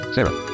Sarah